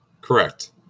correct